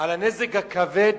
מה הנזק הכבד